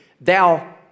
Thou